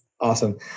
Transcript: Awesome